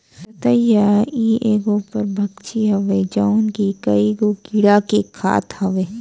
ततैया इ एगो परभक्षी हवे जवन की कईगो कीड़ा के खात हवे